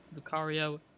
Lucario